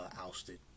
ousted